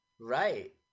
right